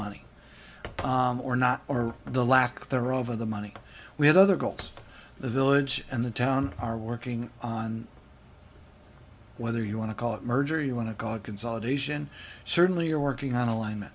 money or not or the lack thereof of the money we have other goals the village and the town are working on whether you want to call it merge or you want to god consolidation certainly you're working on